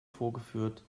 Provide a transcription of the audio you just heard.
vorgeführt